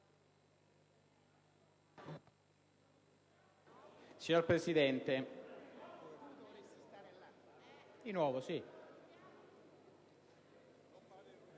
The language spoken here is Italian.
Signor Presidente,